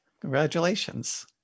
Congratulations